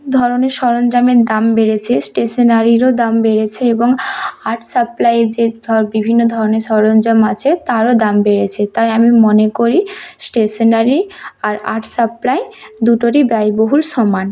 ধরনের সরঞ্জামের দাম বেড়েছে স্টেশনারিরও দাম বেড়েছে এবং আর্ট সাপ্লাইয়ের যে বিভিন্ন ধরনের সরঞ্জাম আছে তারও দাম বেড়েছে তাই আমি মনে করি স্টেশনারি আর আর্ট সাপ্লাই দুটোরই ব্যয়বহুল সমান